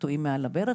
הקטועים מעל הברך,